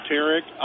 Tarek